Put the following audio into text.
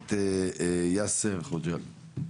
כנסת יאסר חוג'יראת.